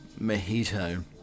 mojito